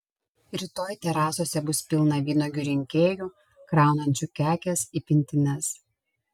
rytoj terasose bus pilna vynuogių rinkėjų kraunančių kekes į pintines